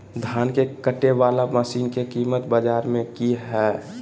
धान के कटे बाला मसीन के कीमत बाजार में की हाय?